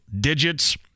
digits